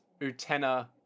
Utenna